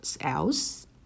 else